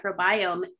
microbiome